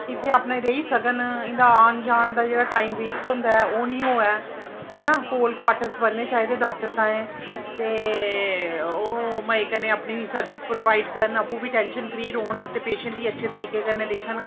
इत्थै अपने रेही सकन इं'दे औन जान दा जेह्ड़ा टाइम वेस्ट होंदा ऐ ओह् निं होऐ है ना कोल क्वाटर बनने चाहिदे डाक्टर ताईं ते मजे कन्नै अपने सर्विस प्रोवाइड करन आपूं बी टैनशन फ्री रौह्न कन्नै पेशेंट बी अच्छे तरीके कन्नै दिक्खन